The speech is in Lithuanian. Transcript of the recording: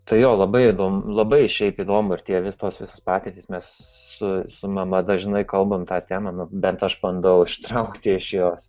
tai jo labai įdomu labai šiaip įdomu ir tie visos patirtys mes su su mama dažnai kalbant ta tema bent aš bandau ištraukti iš jos